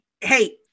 Hey